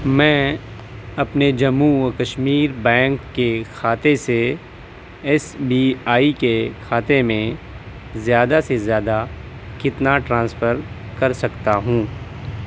میں اپنے جموں و کشمیر بینک کے کھاتے سے ایس بی آئی کے کھاتے میں زیادہ سے زیادہ کتنا ٹرانسفر کر سکتا ہوں